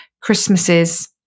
Christmases